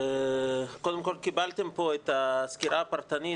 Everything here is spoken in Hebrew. קודם כל קיבלתם פה את הסקירה הפרטנית,